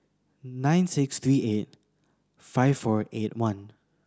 nine six three eight five four eight one